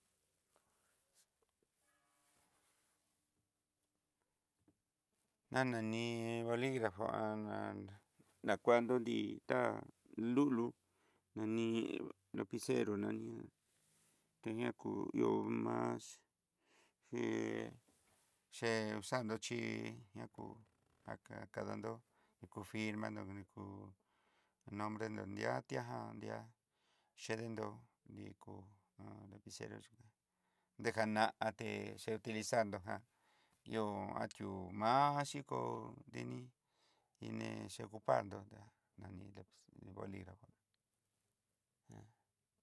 Nanani boligrafó n kuando nri ta lulu, lapicero nani té yá kiú más ngi che usando chí ña kú ña ka kadandó hi ku firmanró na ku nombre nró di'a ti'a ján di'á, chedenró nriku lapicero xhi dejaná té che utilizar nró jan ihó atió má cxhiko ndini iné chi ocupar nró ta nani lapiz boligrafo jan.